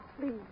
please